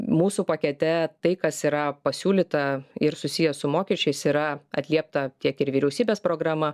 mūsų pakete tai kas yra pasiūlyta ir susiję su mokesčiais yra atliepta tiek ir vyriausybės programa